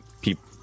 people